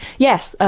yes,